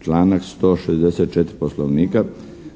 članak 164. Poslovnika.